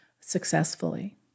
successfully